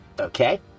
Okay